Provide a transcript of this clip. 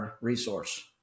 resource